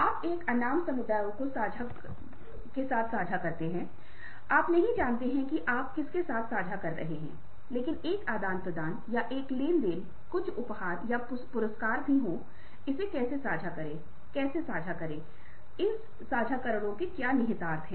वे दूसरों के साथ बंधन स्थापित करते हैं यह समझते हुए कि जब वे संकट में होंगे या संगठन संकट मेहोगा तो वे ऐसे व्यक्ति होंगे जो उनके बचाव में आएंगे